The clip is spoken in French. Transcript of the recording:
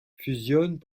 fusionnent